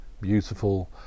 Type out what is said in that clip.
beautiful